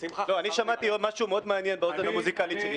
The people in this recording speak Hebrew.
שמעתי משהו מאוד מעניין באוזן המוזיקלית שלי.